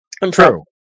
True